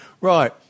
Right